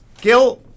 Gil